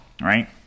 right